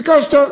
ביקשת,